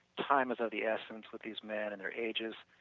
time is of the essence with these men and their ages,